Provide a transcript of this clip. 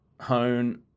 hone